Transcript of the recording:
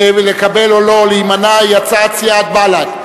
לקבל או לא או להימנע, היא הצעת סיעת בל"ד.